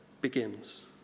begins